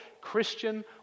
Christian